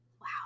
Wow